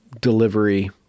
delivery